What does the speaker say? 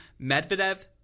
Medvedev